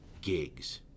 gigs